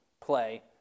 play